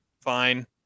Fine